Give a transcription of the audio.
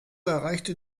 erreichte